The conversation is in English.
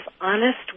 honest